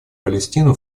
палестину